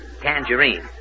Tangerine